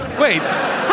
Wait